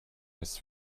his